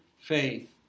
faith